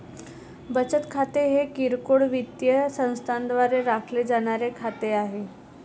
बचत खाते हे किरकोळ वित्तीय संस्थांद्वारे राखले जाणारे खाते आहे